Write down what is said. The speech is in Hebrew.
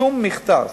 שום מכתב